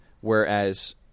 whereas